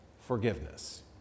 forgiveness